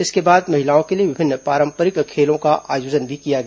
इसके बाद महिलाओं के लिए विभिन्न पांरपरिक खेल का आयोजन किया गया